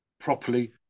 properly